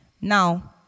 Now